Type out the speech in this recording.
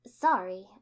Sorry